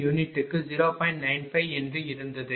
95 என்று இருந்தது